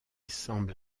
semble